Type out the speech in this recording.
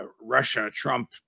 Russia-Trump